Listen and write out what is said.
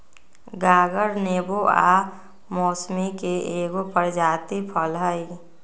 गागर नेबो आ मौसमिके एगो प्रजाति फल हइ